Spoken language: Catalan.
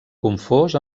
confós